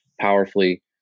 powerfully